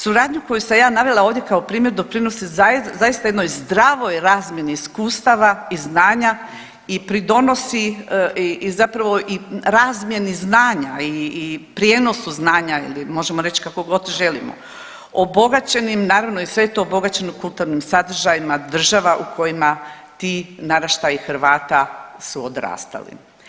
Suradnju koju sam ja navela ovdje kao primjer doprinosi zaista jednoj zdravoj razmjeni iskustava i znanja i pridonosi i zapravo i razmjeni znanja i prijenosu znanja ili možemo reć kako god želimo, obogaćenim naravno i sve je to obogaćeno kulturnim sadržajima država u kojima ti naraštaji Hrvata su odrastali.